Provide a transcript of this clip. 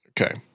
Okay